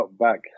back